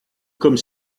comme